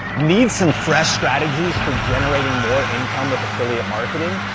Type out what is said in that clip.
need some fresh strategies for generating more income with affiliate marketing?